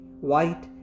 white